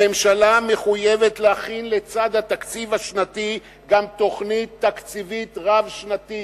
הממשלה מחויבת להכין לצד התקציב השנתי גם תוכנית תקציבית רב-שנתית.